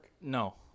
No